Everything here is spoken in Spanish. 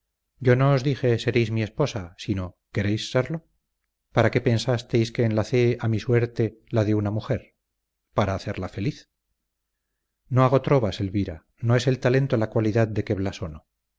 yo no os dije seréis mi esposa sino queréis serlo para qué pensasteis que enlacé a mi suerte la de una mujer para hacerla feliz no hago trovas elvira no es el talento la cualidad de que blasono empero la